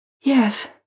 Yes